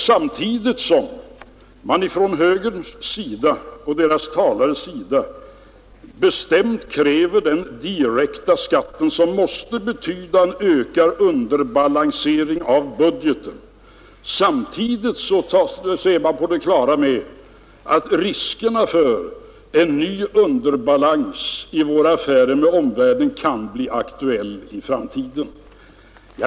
Samtidigt som högerns talare bestämt kräver en direkt skattesänkning som måste betyda en ökad underbalansering av budgeten är man från högerns sida på det klara med risken för att en ny underbalans i våra affärer med omvärlden kan bli aktuell i framtiden.